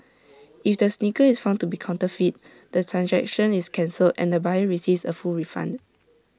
if the sneaker is found to be counterfeit the transaction is cancelled and the buyer receives A full refund